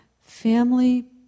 family